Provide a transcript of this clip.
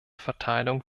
verteilung